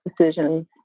decisions